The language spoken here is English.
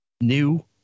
new